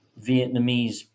Vietnamese